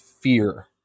fear